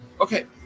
Okay